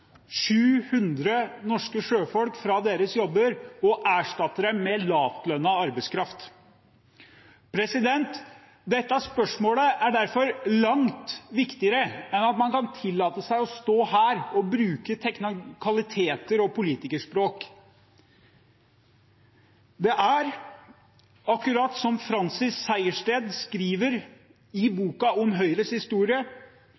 700 norske sjøfolk jobbene deres og erstatte dem med lavtlønnet arbeidskraft. Dette spørsmålet er derfor langt viktigere enn at man skal tillate seg å stå her og bruke teknikaliteter og politikerspråk. Det er som Francis Sejersted skriver i